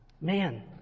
man